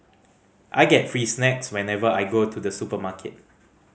I get free snacks whenever I go to the supermarket